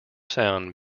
sound